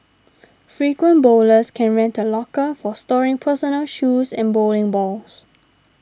frequent bowlers can rent a locker for storing personal shoes and bowling balls